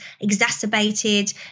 exacerbated